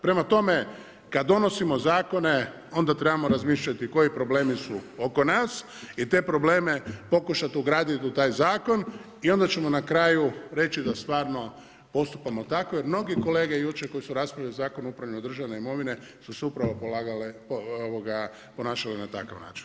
Prema tome, kad donosimo zakone onda trebamo razmišljati koji problemi su oko nas i te probleme pokušati ugraditi u taj zakon i onda ćemo na kraju reći da stvarno postupamo tako jer mnogi kolege jučer koji su raspravljali o Zakonu o upravljanu državne imovine su se upravo ponašale na takav način.